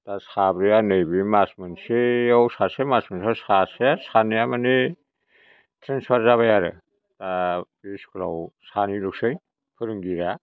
दा साब्रैआ नैबे मास मोनसेयाव सासे मास मोनसेयाव सासे सानैया माने ट्रेन्सफार जाबाय आरो बे इस्कुलाव सानैल'सै फोरोंगिरिया